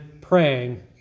praying